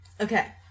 Okay